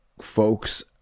folks